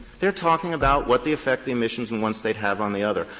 they're talking about what the effect the emissions in one state have on the other.